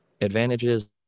advantages